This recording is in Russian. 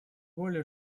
более